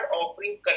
offering